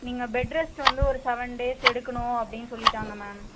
நீங்கள் bed rest வந்து ஒரு சவன் டேஸ் எடுக்கணும் அப்படின்னு சொல்லிட்டாங்க மேம்